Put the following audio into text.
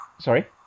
Sorry